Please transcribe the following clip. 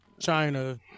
China